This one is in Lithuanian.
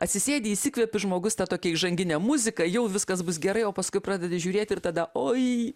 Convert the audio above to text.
atsisėdi įsikvepi žmogus ta tokia įžanginė muzika jau viskas bus gerai o paskui pradedi žiūrėti ir tada oi